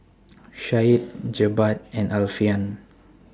Syed Jebat and Alfian